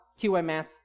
QMS